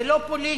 זה לא פוליטי,